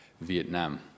Vietnam